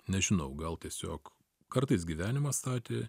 nežinau gal tiesiog kartais gyvenimas statė